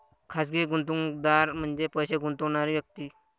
खाजगी गुंतवणूकदार म्हणजे पैसे गुंतवणारी व्यक्ती